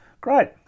Great